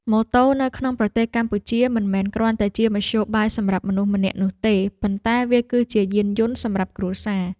ម៉ូតូនៅក្នុងប្រទេសកម្ពុជាមិនមែនគ្រាន់តែជាមធ្យោបាយសម្រាប់មនុស្សម្នាក់នោះទេប៉ុន្តែវាគឺជាយានយន្តសម្រាប់គ្រួសារ។